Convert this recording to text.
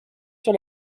sur